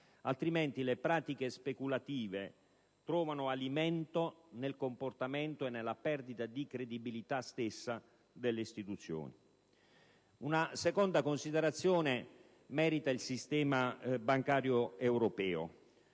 Altrimenti le pratiche speculative trovano alimento nel comportamento e nella perdita di credibilità stessa delle istituzioni. Una seconda considerazione merita il sistema bancario europeo.